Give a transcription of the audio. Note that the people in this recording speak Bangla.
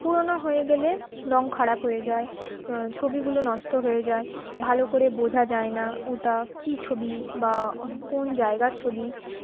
পুরোনো হয়ে গেলে রঙ খারাপ হয়ে যায় ছবিগুলো নষ্ট হয়ে যায় ভালো করে বোঝা যায় না ওটা কী ছবি বা কোন জায়গার ছবি